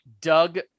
Doug